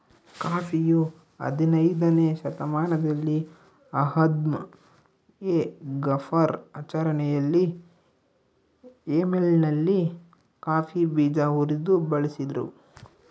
ಕಾಫಿಯು ಹದಿನಯ್ದನೇ ಶತಮಾನದಲ್ಲಿ ಅಹ್ಮದ್ ಎ ಗಫರ್ ಆಚರಣೆಯಲ್ಲಿ ಯೆಮೆನ್ನಲ್ಲಿ ಕಾಫಿ ಬೀಜ ಉರಿದು ಬಳಸಿದ್ರು